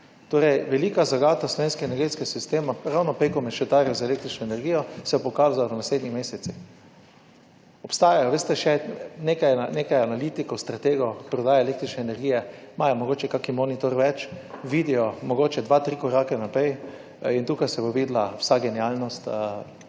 Torej velika zagata slovenskega energetskega sistema ravno preko mešetarjev z električno energijo se bo pokazalo v naslednjih mesecih. Obstajajo še nekaj je nekaj analitikov, strategov prodaje električne energije, imajo mogoče kakšen monitor več, vidijo mogoče dva, tri korake naprej in tukaj se bo videla vsa genialnost